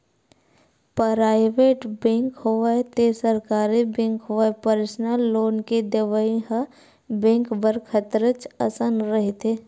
private bank होवय ते सरकारी बेंक होवय परसनल लोन के देवइ ह बेंक बर खतरच असन रहिथे